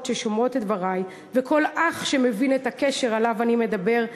לכל אחות ששומעת את דברי ולכל אח שמבין את הקשר שעליו אני מדבר,